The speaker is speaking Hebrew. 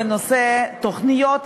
בנושא תוכניות,